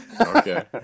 Okay